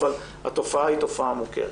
אבל התופעה היא תופעה מוכרת.